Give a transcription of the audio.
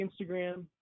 Instagram